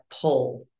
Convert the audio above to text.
pull